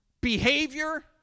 behavior